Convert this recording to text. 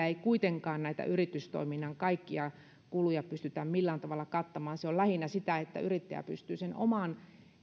ei kuitenkaan näitä yritystoiminnan kaikkia kuluja pystytä millään tavalla kattamaan se on lähinnä sitä että yrittäjä pystyy omasta